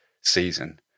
season